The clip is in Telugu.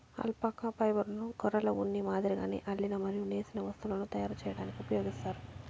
అల్పాకా ఫైబర్ను గొర్రెల ఉన్ని మాదిరిగానే అల్లిన మరియు నేసిన వస్తువులను తయారు చేయడానికి ఉపయోగిస్తారు